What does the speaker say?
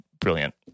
brilliant